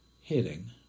hitting